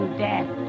death